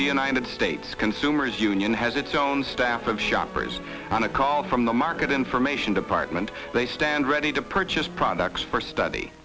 the united states consumers union has its own staff of shoppers on a call from the market information department they stand ready to purchase products for study